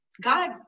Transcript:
God